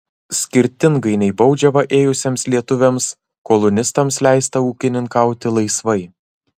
skirtingai nei baudžiavą ėjusiems lietuviams kolonistams leista ūkininkauti laisvai